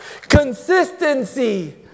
consistency